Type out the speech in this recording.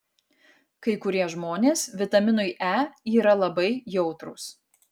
kai kurie žmonės vitaminui e yra labai jautrūs